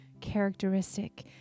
characteristic